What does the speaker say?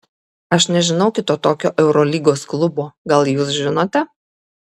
aš nežinau kito tokio eurolygos klubo gal jūs žinote